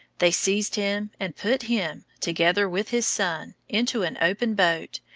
they seized him and put him, together with his son, into an open boat,